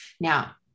Now